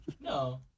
No